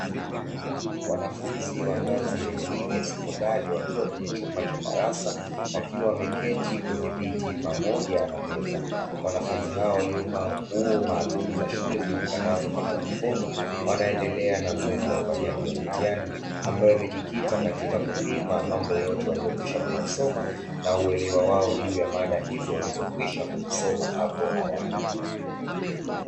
Wanafunzi wa ngazi ya elimu ya sekondari wakiwa kwenye chumba cha darasa wakiwa wameketi kwenye viti pamoja na meza, wanafunzi hawa waliovaa nguo maalumu za shule zijulikanazo kama yunifomu. Wanaendelea na zoezi la ufanyaji wa mitihani ambao imejikita katika kupima mambo yote aliyokwisha kuyasoma na uelewawao juu za mada hizo walizo kwisha kuzisoma hapo awali.